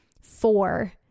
four